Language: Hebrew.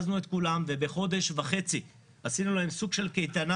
ובחודש וחצי עשינו להם סוג של קייטנה